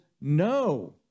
no